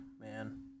man